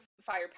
fire